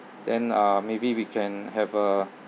then uh maybe we can have a